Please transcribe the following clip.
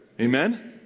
Amen